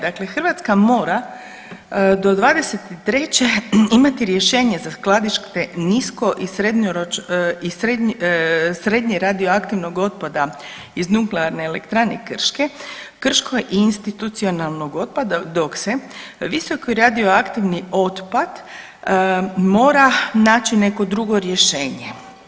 Dakle, Hrvatska mora do '23. imati rješenje za skladištenje nisko i srednje radioaktivnog otpada iz Nuklearne elektrane Krško i institucionalnog otpada dok se visoki radioaktivni otpad mora naći neko drugo rješenje.